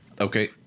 Okay